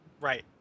right